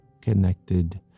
connected